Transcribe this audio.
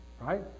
Right